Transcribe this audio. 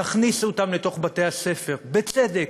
תכניסו אותם לתוך בתי-הספר, בצדק,